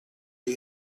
you